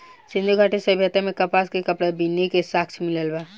सिंधु घाटी सभ्यता में कपास के कपड़ा बीने के साक्ष्य मिलल बा